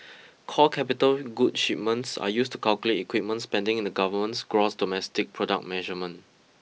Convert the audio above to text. core capital goods shipments are used to calculate equipment spending in the government's gross domestic product measurement